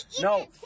no